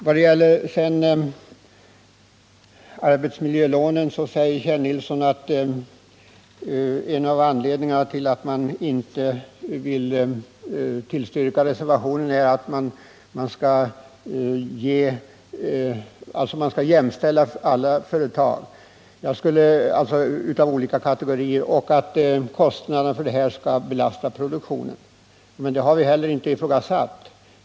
Vad sedan gäller arbetsmiljölånen säger Kjell Nilsson att en av anledningarna till att man inte vill tillstyrka reservationen 2 är att man skall jämställa företag av olika kategorier och att kostnaderna för det här skall belasta produktionen. Men något annat har vi heller inte hävdat.